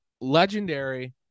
Legendary